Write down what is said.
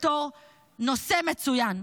בתור נושא מצוין,